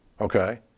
Okay